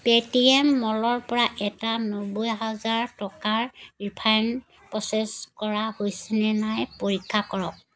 Paytm মলৰ পৰা এটা নব্বৈ হাজাৰ টকাৰ ৰিফাণ্ড প্ৰচেছ কৰা হৈছেনে নাই পৰীক্ষা কৰক